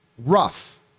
rough